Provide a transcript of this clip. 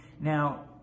Now